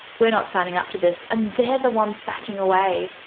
we're not signing up to this and they're the ones backing away.